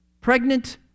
pregnant